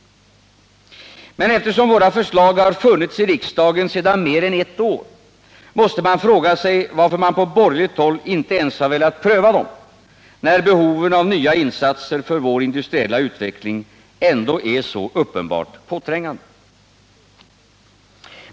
Men eftersom våra förslag har funnits i riksdagen sedan mer än ett år, måste man fråga sig varför man på borgerligt håll inte ens velat pröva dem, när behoven av nya insatser för vår industriella utveckling ändå är så uppenbart påträngande.